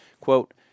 Quote